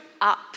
up